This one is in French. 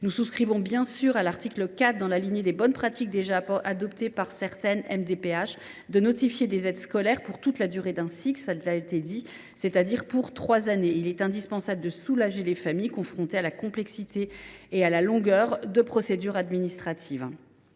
Nous souscrivons bien évidemment à l’article 4, qui prévoit, dans la lignée des bonnes pratiques déjà adoptées par certaines MDPH, la notification des aides scolaires pour toute la durée d’un cycle pédagogique, à savoir trois ans. Il est indispensable de soulager les familles confrontées à la complexité et à la longueur des procédures administratives.